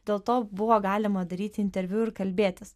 dėl to buvo galima daryti interviu ir kalbėtis